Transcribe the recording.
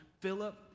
Philip